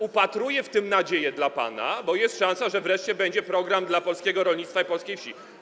Upatruję w tym nadziei dla pana, bo jest szansa, że wreszcie będzie program dla polskiego rolnictwa i polskiej wsi.